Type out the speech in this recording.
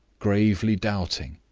gravely doubting,